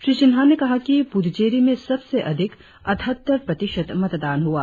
श्री सिन्हा ने कहा कि पुद्दचेरी में सबसे अधिक अटठहत्तर प्रतिशत मतदान हुआ